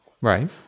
Right